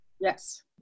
Yes